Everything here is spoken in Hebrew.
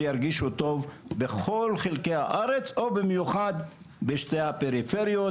שירגישו טוב בכל חלקי הארץ ובמיוחד בשתי הפריפריות